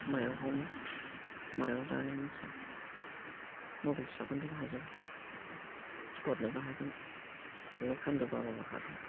मायाव बुयो मायाव दानो मिथिया मबाइल फिसाखौनदेन हाजोबो हरनोबो हागोन लक बन्द'बाबो हागोन